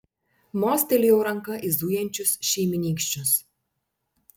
mostelėjau ranka į zujančius šeimynykščius